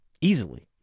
easily